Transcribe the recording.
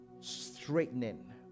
straightening